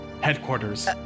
headquarters